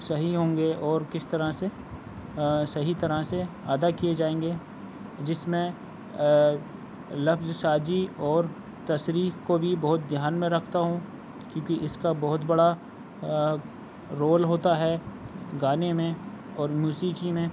صحیح ہوں گے اور کس طرح سے صحیح طرح سے ادا کیے جائیں گے جس میں لفظ ساجی اور تشریح کو بھی بہت دھیان میں رکھتا ہوں کیوں کہ اِس کا بہت بڑا رول ہوتا ہے گانے میں اور موسیقی میں